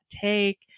take